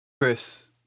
Chris